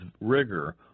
rigor